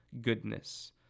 goodness